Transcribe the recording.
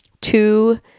two